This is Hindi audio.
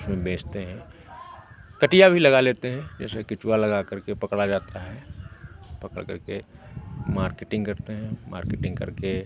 उसमें बेचते हैं कटिया भी लगा लेते हैं जैसे केंचुआ लगा करके पकड़ा जाता है पकड़ करके मार्केटिंग करते हैं मार्केटिंग करके